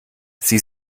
sie